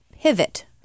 pivot